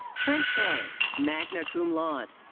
trent bae, magna cum laude.